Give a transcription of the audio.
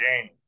game